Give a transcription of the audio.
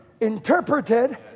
interpreted